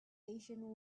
asian